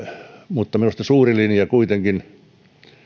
mutta minusta tärkeä suuri linja kuitenkin